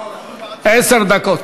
לרשותך עשר דקות.